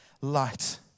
light